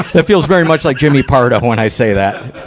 it feels very much like jimmy pardo, when i say that.